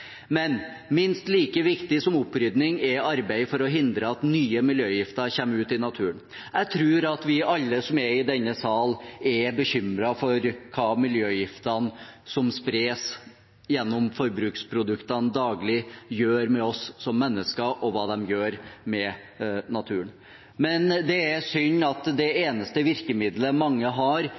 Men minst like viktig som opprydning er arbeid for å hindre at nye miljøgifter kommer ut i naturen. Jeg tror at vi alle som er i denne sal, er bekymret for hva miljøgiftene som daglig spres gjennom forbruksproduktene, gjør med oss som mennesker, og hva de gjør med naturen. Men det er synd at det eneste virkemidlet mange har,